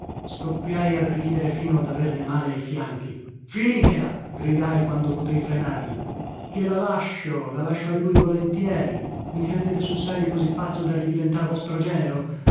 scoppiai a ridere fino ad averne male ai fianchi finitela gridai quando potei frenarmi gliela lascio la lascio a lui volentieri i credete sul serio così pazzo da ridiventar vostro genero